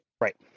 right